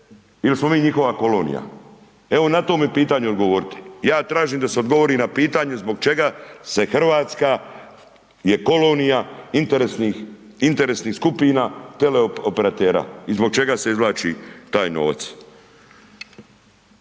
ili smo mi njihova kolonija? Evo na to mi pitanje odgovorite. Ja tražim da se odgovori na pitanje zbog čega je Hrvatska kolonija interesnih skupina teleoperatera i zbog čega se izvlači taj novac.